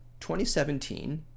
2017